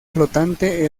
flotante